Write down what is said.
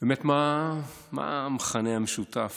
מה המכנה המשותף